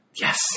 Yes